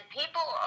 people